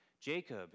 Jacob